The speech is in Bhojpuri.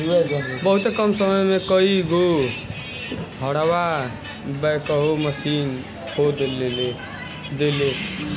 बहुते कम समय में कई गो गड़हा बैकहो माशीन खोद देले